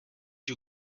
you